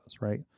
right